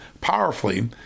powerfully